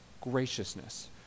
graciousness